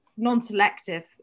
non-selective